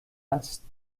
است